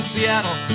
Seattle